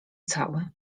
cały